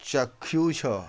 ଚାକ୍ଷୁଷ